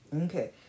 Okay